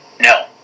No